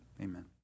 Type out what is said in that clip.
Amen